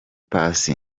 paccy